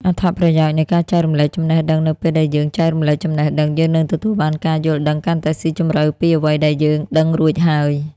អត្ថប្រយោជន៍នៃការចែករំលែកចំណេះដឹងនៅពេលដែលយើងចែករំលែកចំណេះដឹង យើងនឹងទទួលបានការយល់ដឹងកាន់តែស៊ីជម្រៅពីអ្វីដែលយើងដឹងរួចហើយ។